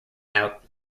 out